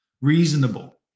reasonable